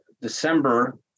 December